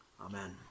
Amen